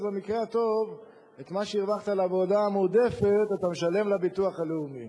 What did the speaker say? אז במקרה הטוב את מה שהרווחת על העבודה המועדפת אתה משלם לביטוח הלאומי.